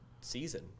season